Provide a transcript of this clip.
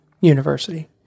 university